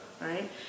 right